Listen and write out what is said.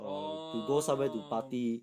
orh